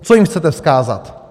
Co jim chcete vzkázat?